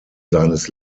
seines